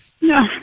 No